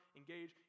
engage